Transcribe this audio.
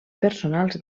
personals